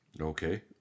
Okay